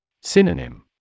Synonym